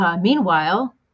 Meanwhile